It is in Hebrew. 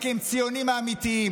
וכי הם הציונים האמיתיים.